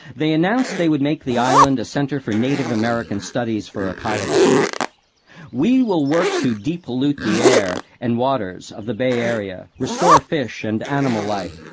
they announced they would make the island a centre for native american studies for ecology we will work to de-pollute the air and waters of the bay area. restore fish and animal life.